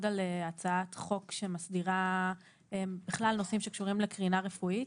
על הצעת חוק שמסדירה נושאים שקשורים לקרינה רפואית.